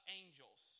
angels